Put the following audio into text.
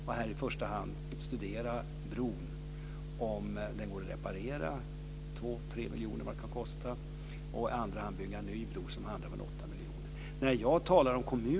Vägverket ska i första hand studera om det går att reparera bron för 2 eller 3 miljoner eller något sådant, i andra hand se om det går att bygga en ny bro, vilket kostar omkring 8 miljoner.